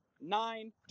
nine